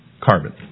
Carbon